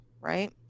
right